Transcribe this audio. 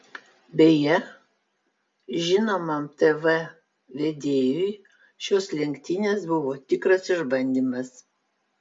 beje žinomam tv vedėjui šios lenktynės buvo tikras išbandymas